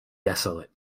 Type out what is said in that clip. desolate